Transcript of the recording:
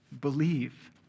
Believe